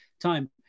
time